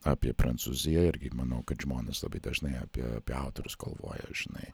apie prancūziją irgi manau kad žmonės labai dažnai apie apie autorius galvoja žinai